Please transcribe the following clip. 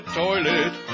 toilet